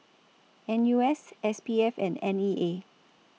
N U S S P F and N E A